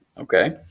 Okay